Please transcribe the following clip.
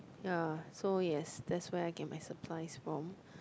ya so yes that's where I get my supplies from